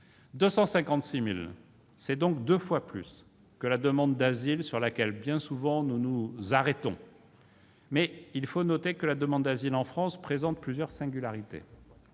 256 000, c'est deux fois plus que la demande d'asile, sur laquelle, bien souvent, nous nous arrêtons. Mais il faut noter que la demande d'asile en France présente plusieurs singularités.